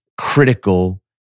critical